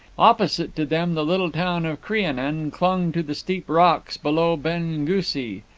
opposite to them the little town of crianan clung to the steep rocks below ben ghusy,